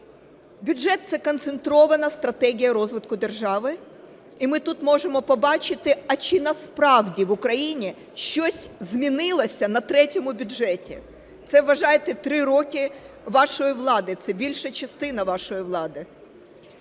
Бюджет – це концентрована стратегія розвитку держави. І ми тут можемо побачити, а чи насправді в Україні щось змінилося на третьому бюджеті. Це, вважайте, 3 роки вашої влади, це більша частина вашої влади.